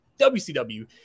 WCW